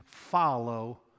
Follow